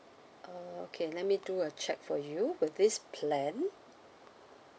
uh okay let me do a check for you with this plan